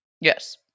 Yes